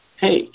hey